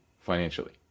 financially